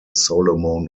solomon